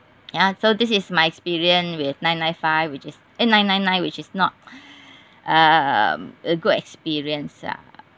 ya so this is my experience with nine nine five which is eh nine nine nine which is not um a good experience lah